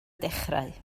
dechrau